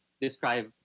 describe